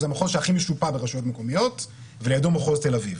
זה המחוז הכי משופע ברשויות מקומיות ולידו מחוז תל אביב.